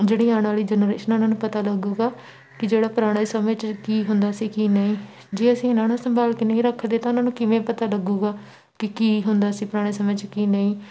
ਜਿਹੜੀ ਆਉਣ ਵਾਲੀ ਜਨਰੇਸ਼ਨ ਆ ਉਹਨਾਂ ਨੂੰ ਪਤਾ ਲੱਗੇਗਾ ਕਿ ਜਿਹੜਾ ਪੁਰਾਣਾ ਸਮੇਂ 'ਚ ਕੀ ਹੁੰਦਾ ਸੀ ਕੀ ਨਹੀਂ ਜੇ ਅਸੀਂ ਇਹਨਾਂ ਨੂੰ ਸੰਭਾਲ ਕੇ ਨਹੀਂ ਰੱਖਦੇ ਤਾਂ ਉਹਨਾਂ ਨੂੰ ਕਿਵੇਂ ਪਤਾ ਲੱਗੇਗਾ ਕਿ ਕੀ ਹੁੰਦਾ ਸੀ ਪੁਰਾਣੇ ਸਮੇਂ 'ਚ ਕੀ ਨਹੀਂ